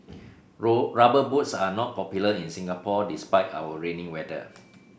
rubber boots are not popular in Singapore despite our rainy weather